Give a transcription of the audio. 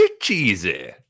cheesy